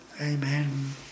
amen